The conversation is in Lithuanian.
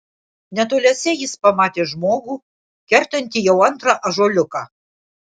netoliese jis pamatė žmogų kertantį jau antrą ąžuoliuką